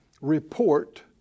report